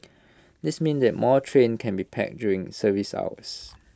this means the more trains can be packed during service hours